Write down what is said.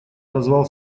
назвал